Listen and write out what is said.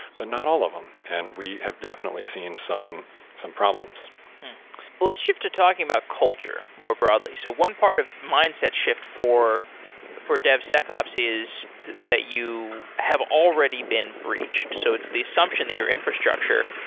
but not all of them. and we have definitely seen some some problems let's shift to talking about culture more broadly. so one part of mindset shift for for devsecops is that you have already been breached. so it's the assumption that your infrastructure,